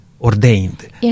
ordained